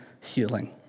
Healing